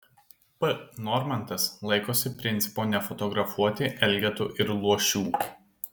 p normantas laikosi principo nefotografuoti elgetų ir luošių